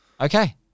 Okay